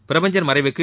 பிரபஞ்சன் மறைவுக்கு